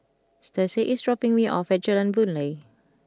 Stacie is dropping me off at Jalan Boon Lay